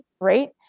right